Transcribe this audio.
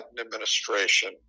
administration